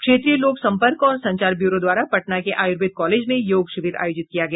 क्षेत्रीय लोक संपर्क और संचार ब्यूरो द्वारा पटना के आयुर्वेद कॉलेज में योग शिविर आयोजित किया गया